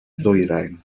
ddwyrain